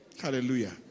hallelujah